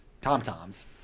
tom-toms